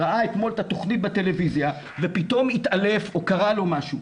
ראה אתמול את התוכנית בטלוויזיה ופתאום התעלף או קרה לו משהו,